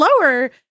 lower